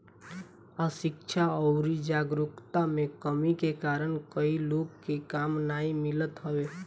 अशिक्षा अउरी जागरूकता में कमी के कारण कई लोग के काम नाइ मिलत हवे